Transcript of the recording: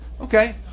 okay